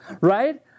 right